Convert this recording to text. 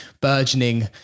burgeoning